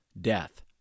death